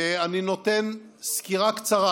ואני נותן סקירה קצרה.